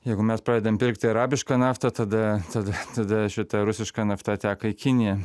jeigu mes pradedam pirkti arabišką naftą tada tada tada šita rusiška nafta teka į kiniją